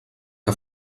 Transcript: que